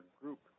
group